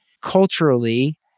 culturally